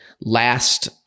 last